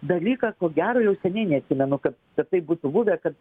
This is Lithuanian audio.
dalyką ko gero jau seniai neatsimenu kad kad taip būtų buvę kad